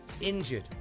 injured